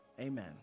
Amen